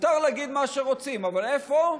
מותר להגיד מה שרוצים, אבל איפה,